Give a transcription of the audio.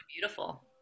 beautiful